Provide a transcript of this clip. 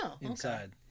inside